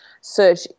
search